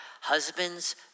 husbands